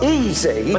easy